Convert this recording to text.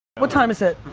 what time is it?